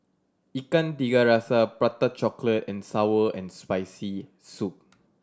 Ikan Tiga Rasa Prata Chocolate and sour and Spicy Soup